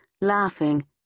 laughing